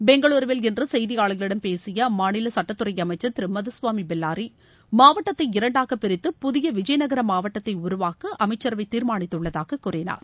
பெங்களுருவில் இன்று செய்தியாளர்களிடம் பேசிய அம்மாநில சட்டத்துறை அமைச்சர் திரு மதுசுவாமி பெல்லாரி மாவட்டத்தை இரண்டாக பிரித்து புதிய விஜயநகர மாவட்டத்தை உருவாக்க அம்ச்சரவை தீர்மானித்துள்ளதாக கூறினார்